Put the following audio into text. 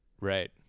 Right